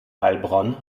heilbronn